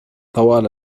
طول